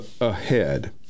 Ahead